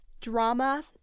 Drama